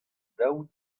daou